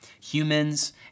humans